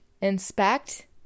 inspect